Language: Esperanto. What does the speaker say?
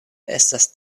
estas